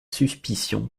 suspicion